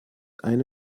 eine